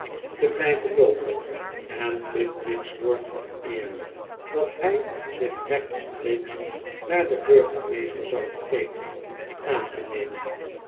te blijven loopen en pickwick's woord van eer dat hij zich rechtstreeks naar den burgemeester zou begeven aan te nemen